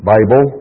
Bible